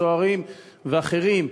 סוהרים ואחרים,